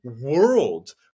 world